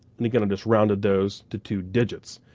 and again, i just rounded those to two digits.